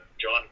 John